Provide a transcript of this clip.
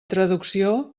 traducció